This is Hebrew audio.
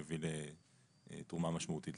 נייר העמדה של צוותי הרפואה מטעם ארגוני הרוקחות,